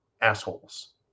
assholes